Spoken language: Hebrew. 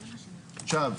עכשיו,